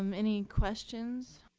um any questions?